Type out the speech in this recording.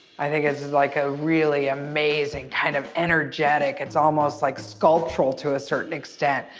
i think it's just like a really amazing kind of energetic, it's almost like sculptural to a certain extent.